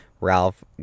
Ralph